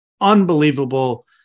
unbelievable